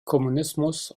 kommunismus